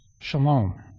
Shalom